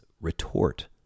retort